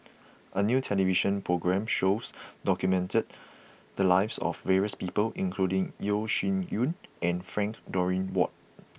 a new television program shows documented the lives of various people including Yeo Shih Yun and Frank Dorrington Ward